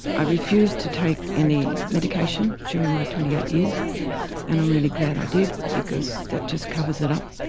i refused to take any medication during my twenty eight years and i'm really glad i did because that just covers it up,